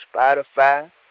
Spotify